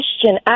question